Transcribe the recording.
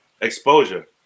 exposure